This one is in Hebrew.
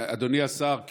אדוני השר,